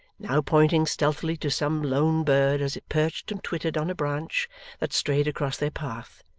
now pointing stealthily to some lone bird as it perched and twittered on a branch that strayed across their path,